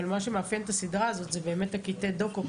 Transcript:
אבל מה שמאפיין את הסדרה הזאת זה באמת קטעי הדוקו,